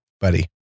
buddy